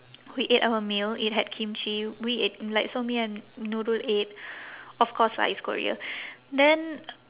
we ate our meal it had kimchi we ate like so me and nurul ate of course lah it's korea then